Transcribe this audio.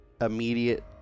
immediate